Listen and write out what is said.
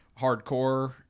hardcore